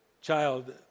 child